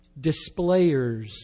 displayers